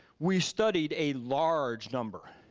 we studied a large number